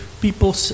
people